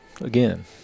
again